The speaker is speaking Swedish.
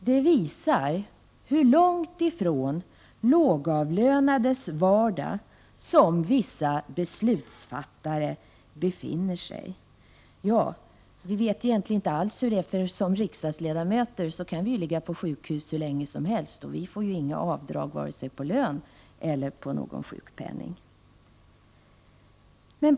Detta visar hur långt från de lågavlönades vardag som vissa beslutsfattare befinner sig. Egentligen vet vi riksdagsledamöter inte heller alls hur det förhåller sig. Vi kan ju ligga på sjukhus hur länge som helst, utan avdrag vare sig på lönen eller på sjukpenningen.